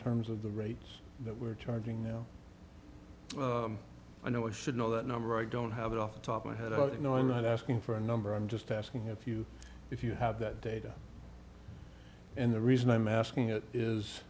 terms of the rates that we're charging i know i should know that number i don't have it off the top my head but you know i'm not asking for a number i'm just asking if you if you have that data and the reason i'm asking i